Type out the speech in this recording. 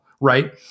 right